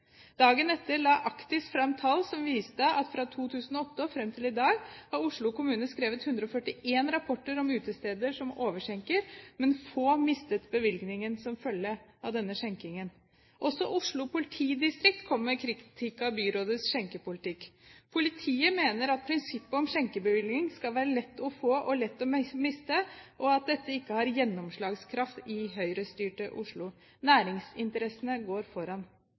Dagen etter la Actis fram tall som viste at fra 2008 og fram til i dag har Oslo kommune skrevet 141 rapporter om utesteder som overskjenket, men få mistet bevillingen som følge av denne skjenkingen. Også Oslo politidistrikt har kommet med kritikk av byrådets skjenkepolitikk. Politiet mener at prinsippet om skjenkebevilling skal være at det er lett å få og lett å miste, og at dette ikke har gjennomslagskraft i høyrestyrte Oslo. Næringsinteressene går foran.